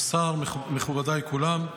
השר, מכובדיי כולם,